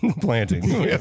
planting